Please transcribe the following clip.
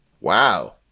Wow